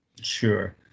Sure